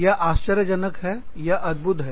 यह आश्चर्यजनक है यह अद्भुत है